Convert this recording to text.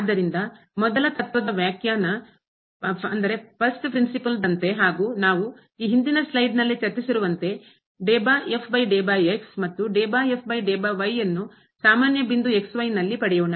ಆದ್ದರಿಂದ ಮೊದಲ ತತ್ವದ ವ್ಯಾಖ್ಯಾನ ಫಸ್ಟ್ ಪ್ರಿನ್ಸಿಪಲ್ ದಂತೆ ಹಾಗೂ ನಾವು ಈ ಹಿಂದಿನ ಸ್ಲೈಡ್ ನಲ್ಲಿ ಚರ್ಚಿಸಿರುವಂತೆ ಮತ್ತು ನ್ನು ಸಾಮಾನ್ಯ ಬಿಂದು ನಲ್ಲಿ ಪಡೆಯೋಣ